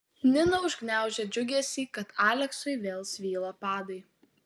nina užgniaužė džiugesį kad aleksui vėl svyla padai